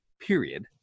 period